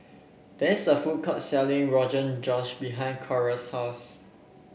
there is a food court selling Rogan Josh behind Coral's house